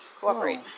cooperate